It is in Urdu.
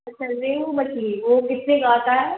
اچھا ریہو مچھلی وہ کتنے کا آتا ہے